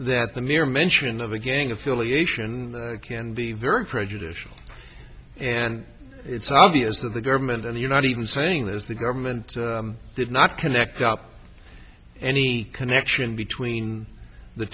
that the mere mention of a gang affiliation can be very prejudicial and it's obvious that the government in the united saying that is the government did not connect up any connection between the